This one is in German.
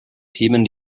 themen